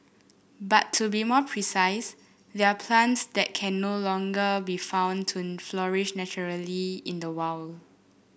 but to be more precise they're plants that can no longer be found to flourish naturally in the wild